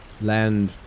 land